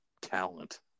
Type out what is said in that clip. talent